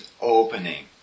opening